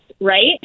right